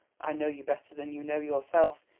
i know you better than you know yourself.